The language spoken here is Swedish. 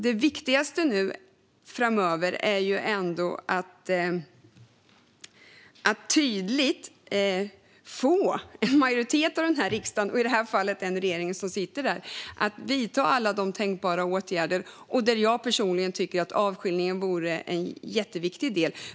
Det viktigaste framöver är ändå att tydligt få en majoritet av riksdagen, och i det här fallet regeringen, att vidta alla tänkbara åtgärder. Personligen tycker jag att avskiljningen vore en jätteviktig del.